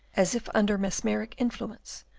as if under mesmeric influence,